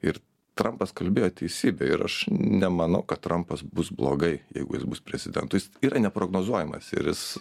ir trampas kalbėjo teisybę ir aš nemanau kad trampas bus blogai jeigu jis bus prezidentu jis yra neprognozuojamas ir jis